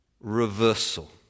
reversal